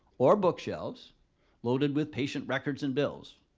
or bookshelves loaded with patient records and bills.